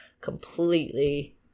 completely